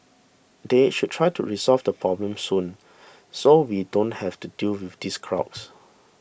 they should try to resolve the problem soon so we don't have to deal with these crowds